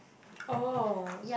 oh